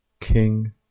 king